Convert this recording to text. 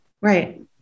right